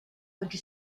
oggi